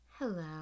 Hello